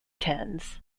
tens